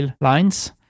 lines